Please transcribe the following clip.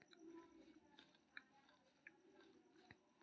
वित्तीय जोखिम के पता लगबै लेल दैनिक वित्तीय संचालन के जांच करबाक चाही